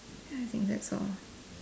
ya I think that's all